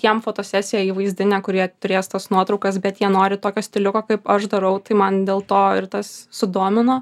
jiem fotosesija įvaizdinė kur jie turės tas nuotraukas bet jie nori tokio stiliuko kaip aš darau tai man dėl to ir tas sudomino